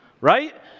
Right